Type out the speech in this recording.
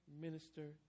minister